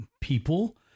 people